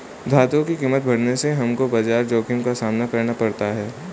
धातुओं की कीमत बढ़ने से हमको बाजार जोखिम का सामना करना पड़ा था